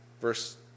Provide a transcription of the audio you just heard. Verse